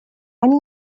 они